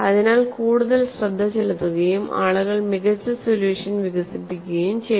അതിനാൽ കൂടുതൽ ശ്രദ്ധ ചെലുത്തുകയും ആളുകൾ മികച്ച സൊല്യൂഷൻ വികസിപ്പിക്കുകയും ചെയ്തു